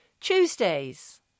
Tuesdays